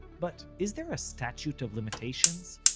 but is there a statute of limitations?